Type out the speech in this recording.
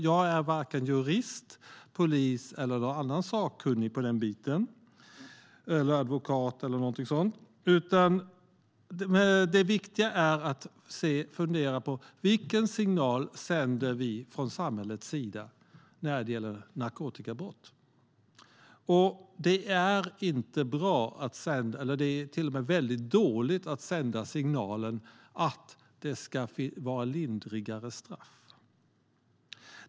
Jag är varken jurist, polis, advokat eller annan sakkunnig i den biten. Men det viktiga att fundera på är vilken signal vi sänder från samhällets sida när det gäller narkotikabrott. Och det är inte bra utan till och med väldigt dåligt att sända signalen att det ska vara lindrigare straff.